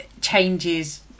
changes